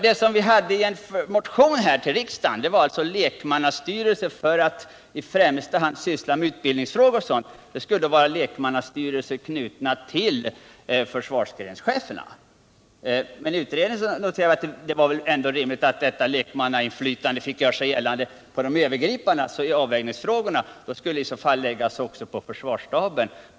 Det som framfördes i en motion till riksdagen var att lek mannastyrelser behövs för att i främsta hand syssla med utbildningsfrågor och sådant. Det skulle betyda lekmannastyrelser knutna till försvarsgrenscheferna. Men utredningen noterade att det var rimligt att ett lekmannainflytande fick göra sig gällande även i avvägningsfrågorna; organet skulle i så fall läggas på försvarsstaben.